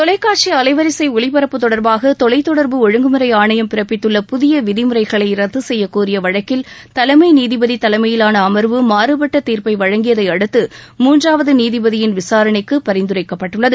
தொலைக்காட்சி அலைவரிசை ஒளிபரப்பு தொடர்பாக தொலைதொடர்பு ஒழுங்குமுறை ஆணையம் பிறப்பித்துள்ள புதிய விதிமுறைகளை ரத்து செய்யக் கோரிய வழக்கில் தலைமை நீதிபதி தலைமையிவான அம்வு மாறுப்பட்ட தீர்ப்பை வழங்கியதை அடுத்து மூன்றாவது நீதிபதியின் விசாரணைக்கு பரிந்துரைக்கப்பட்டுள்ளது